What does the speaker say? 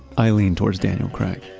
i lean towards daniel craig.